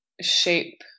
shape